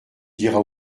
diras